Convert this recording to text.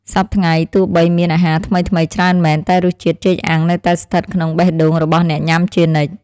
សព្វថ្ងៃទោះបីមានអាហារថ្មីៗច្រើនមែនតែរសជាតិចេកអាំងនៅតែស្ថិតក្នុងបេះដូងរបស់អ្នកញ៉ាំជានិច្ច។